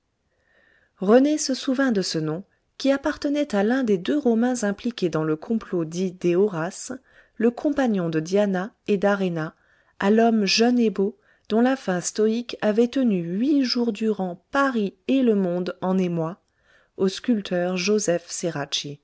rené se souvint de ce nom qui appartenait à l'un des deux romains impliqués dans le complot dit des horaces le compagnon de diana et d'arena à l'homme jeune et beau dont la fin stoïque avait tenu huit jours durant paris et le monde on émoi au sculpteur joseph